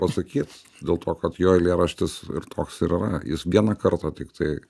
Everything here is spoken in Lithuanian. pasakyt dėl to kad jo eilėraštis ir toks ir yra jis vieną kartą tiktai